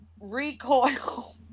recoil